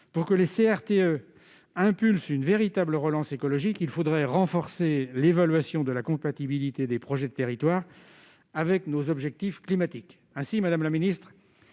Pour que les CRTE impulsent une véritable relance écologique, il faudrait renforcer l'évaluation de la compatibilité des projets de territoire avec nos objectifs climatiques. Aussi, madame la ministre,